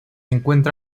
encuentra